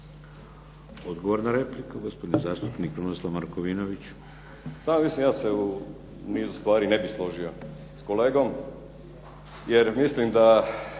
Odgovor na repliku gospodin zastupnik Krunoslav Markovinović. **Markovinović, Krunoslav (HDZ)** Ja se u nizu stvari ne bih složio s kolegom jer mislim da